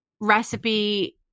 recipe